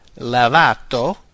Lavato